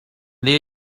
there